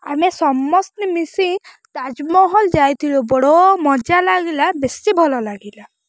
ଆମେ ସମସ୍ତେ ମିଶି ତାଜମହଲ ଯାଇଥିଲୁ ବଡ଼ ମଜା ଲାଗିଲା ବେଶୀ ଭଲ ଲାଗିଲା